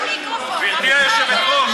גברתי היושבת-ראש?